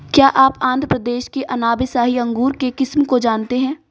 क्या आप आंध्र प्रदेश के अनाब ए शाही अंगूर के किस्म को जानते हैं?